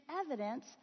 evidence